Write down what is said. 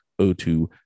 O2